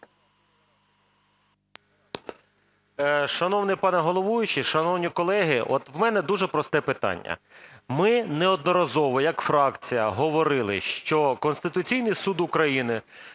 Шановний пане головуючий, шановні колеги! У мене дуже просте питання. Ми неодноразово як я фракція говорили, що Конституційний Суд України